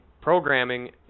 programming